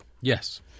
Yes